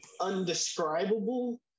undescribable